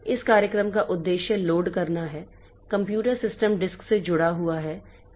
इस कार्यक्रम का उद्देश्य लोड करना है कंप्यूटर सिस्टम डिस्क से जुड़ा हुआ है